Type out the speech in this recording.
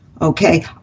Okay